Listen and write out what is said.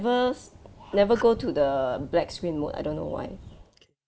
~ver s~ never go to the black screen mode I don't know why